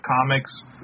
comics